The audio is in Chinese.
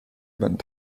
日本